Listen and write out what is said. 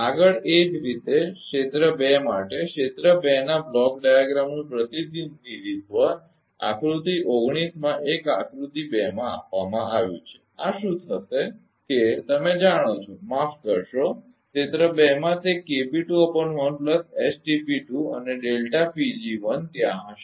આગળનું એ જ રીતે છે ક્ષેત્ર 2 માટે ક્ષેત્ર 2 ના બ્લોક ડાયાગ્રામનું પ્રતિનિધિત્વ આકૃતિ 19 માં આ એક આકૃતિ 2 માં આપવામાં આવ્યું છે આ શું થશે કે તમે જાણો છો માફ કરશો ક્ષેત્ર ૨ માં તે અને ત્યાં હશે